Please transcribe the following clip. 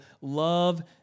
love